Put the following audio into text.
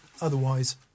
Otherwise